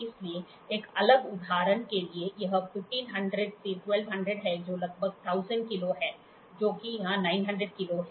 इसलिए एक अलग उदाहरण के लिए यह 1500 में 1200 है जो लगभग 1000 किलो है जो कि यहां 900 किलो है